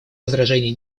возражений